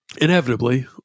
inevitably